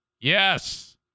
Yes